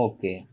Okay